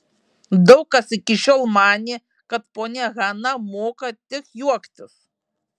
daug kas iki šiol manė kad ponia hana moka tik juoktis